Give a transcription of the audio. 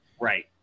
Right